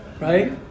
right